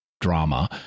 drama